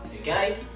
okay